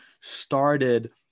started –